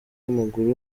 w’amaguru